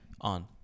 on